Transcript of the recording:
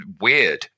weird